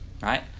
right